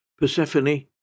Persephone